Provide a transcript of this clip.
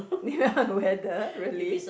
weather really